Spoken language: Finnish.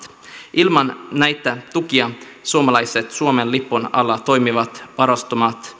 ilman näitä tukia suomalaiset suomen lipun alla toimivat varustamot